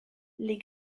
les